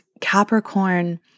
Capricorn